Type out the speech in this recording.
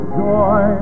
joy